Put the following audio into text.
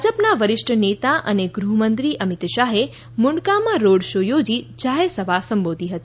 ભાજપના વરિષ્ઠ નેતા અને ગૃહમંત્રી અમીત શાહે મુંડકામાં રોડ શો યોજી જાહેર સભા સંબોધી હતી